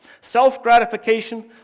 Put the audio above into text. Self-gratification